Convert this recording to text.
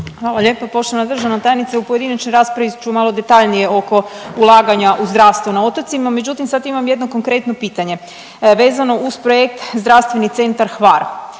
Hvala lijepo. Poštovana državna tajnice, u pojedinačnoj raspravi ću malo detaljnije oko ulaganja u zdravstvo na otocima, međutim sad imam jedno konkretno pitanje vezano uz projekt Zdravstveni centar Hvar.